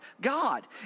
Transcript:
God